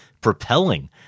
propelling